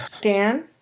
Dan